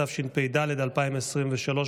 התשפ"ד 2023,